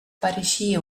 pareixia